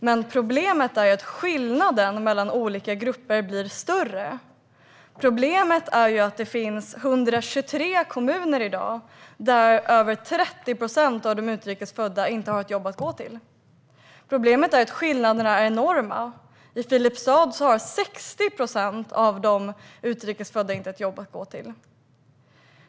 Men problemet är att skillnaden mellan olika grupper blir större och att det i dag finns 123 kommuner där över 30 procent av de utrikes födda inte har ett jobb att gå till. Problemet är att skillnaderna är enorma. I Filipstad har 60 procent av de utrikes födda inget jobb att gå till.